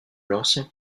l’ancien